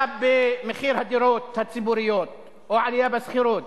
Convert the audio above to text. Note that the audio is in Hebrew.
במחירי הדירות הציבוריות או עלייה בשכירות.